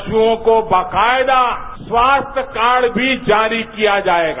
पशुआँ को बकायदा स्वास्थ्य कार्ड भी जारी किया जायेगा